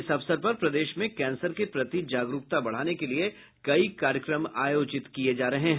इस अवसर पर प्रदेश में कैंसर के प्रति जागरूकता बढ़ाने के लिए कई कार्यक्रम आयोजित किये जा रहे हैं